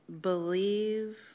believe